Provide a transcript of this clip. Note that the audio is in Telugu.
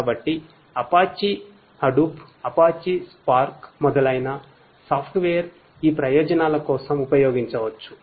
కాబట్టి అపాచీ హడూప్ ఈ ప్రయోజనాల కోసం ఉపయోగించవచ్చు